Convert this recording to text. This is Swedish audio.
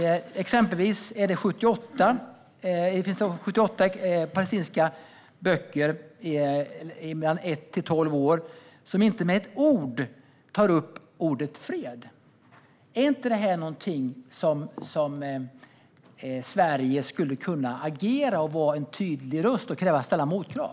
I 78 palestinska läroböcker för årskurserna 1-12 nämns inte ens ordet fred. Är inte det något där Sverige skulle kunna agera, vara en tydligt röst och ställa motkrav?